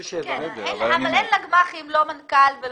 לגמ"חים אין מנכ"ל.